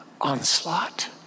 onslaught